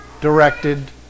directed